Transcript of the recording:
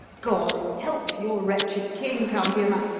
god help your wretched king, count irma,